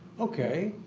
okay,